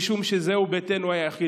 משום שזהו ביתנו היחיד,